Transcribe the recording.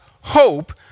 hope